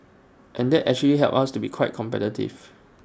and that's actually helped us to be quite competitive